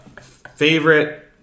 Favorite